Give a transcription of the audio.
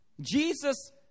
Jesus